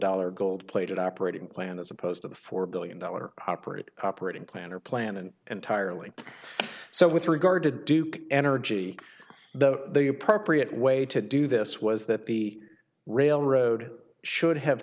dollar gold plated operating plan as opposed to the four billion dollar operated operating plan or plan and entirely so with regard to duke energy the appropriate way to do this was that the railroad should have